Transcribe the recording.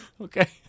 Okay